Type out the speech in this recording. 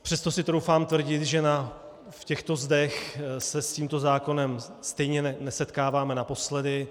Přesto si troufám tvrdit, že v těchto zdech se s tímto zákonem stejně nesetkáváme naposledy.